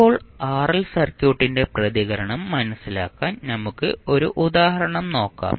ഇപ്പോൾ ആർഎൽ സർക്യൂട്ടിന്റെ പ്രതികരണം മനസിലാക്കാൻ നമുക്ക് 1 ഉദാഹരണം നോക്കാം